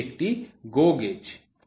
এটি একটি GO gauge